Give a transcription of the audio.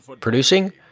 producing